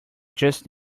just